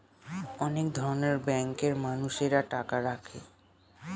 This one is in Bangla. অনেক ধরনের ব্যাঙ্কে মানুষরা টাকা রাখে